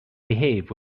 behave